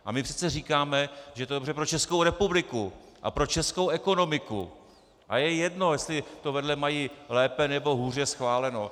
A my přece říkáme, že je to dobře pro Českou republiku a pro českou ekonomiku a je jedno, jestli to vedle mají lépe, nebo hůře schváleno.